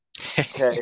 Okay